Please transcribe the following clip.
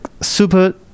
super